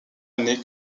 année